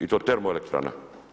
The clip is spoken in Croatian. I to termoelektrana.